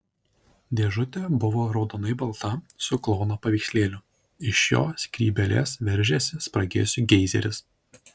dėžutė buvo raudonai balta su klouno paveikslėliu iš jo skrybėlės veržėsi spragėsių geizeris